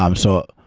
um so,